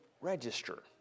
register